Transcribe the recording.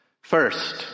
First